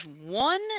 one